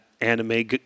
anime